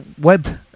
web